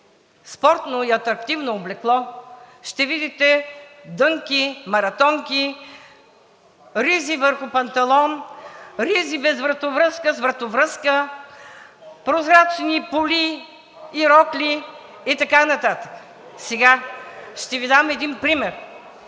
спортно и атрактивно облекло, ще видите дънки, маратонки, ризи върху панталон, ризи без вратовръзка, с вратовръзка, прозрачни поли и рокли и така нататък. Ще Ви дам един пример.